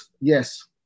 yes